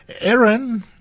Aaron